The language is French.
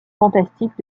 fantastiques